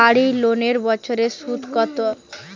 বাড়ি লোনের বছরে সুদ কত?